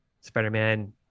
Spider-Man